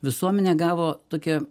visuomenė gavo tokią